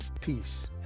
peace